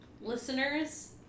Listeners